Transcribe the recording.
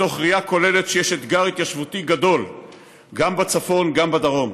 מתוך ראייה כוללת שיש אתגר התיישבותי גדול גם בצפון גם בדרום.